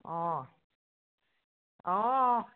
অঁ অঁ